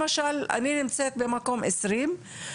למשל אני נמצאת במקום 20,